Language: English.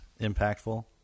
Impactful